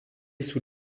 sous